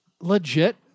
legit